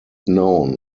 known